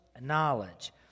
knowledge